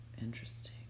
Interesting